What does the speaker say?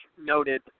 noted